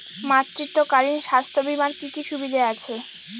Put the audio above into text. মাতৃত্বকালীন স্বাস্থ্য বীমার কি কি সুবিধে আছে?